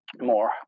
more